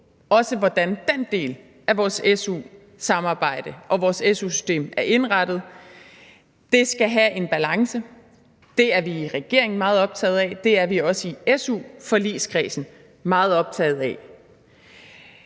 på: hvordan den del af vores su-samarbejde og su-system er indrettet. Det skal have en balance. Det er vi i regeringen meget optaget af, det er vi også i su-forligskredsen meget optaget af.